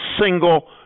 single